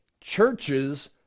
churches